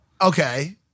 Okay